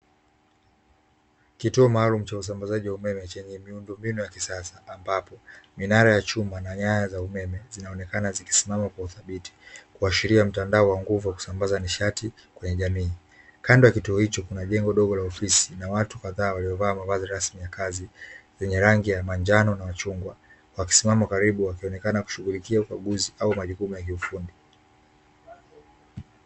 Kituo maalumu cha usambazaji wa umeme chenye miundombinu ya kisasa, ambapo minara ya chuma na nyaya za umeme zinaonekana zikisimama kwa uthabiti kuashiria mtandao wa nguvu wa kusambaza nishati kwenye jamii, kando ya kituo hicho kuna jengo dogo la ofisi na watu kadhaa waliovaa mavazi rasmi ya kazi yenye rangi ya manjano na chungwa, wakisimama karibu, wakionekana kushughulikia ukaguzi au majukumu ya kiufundi.